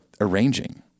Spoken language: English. arranging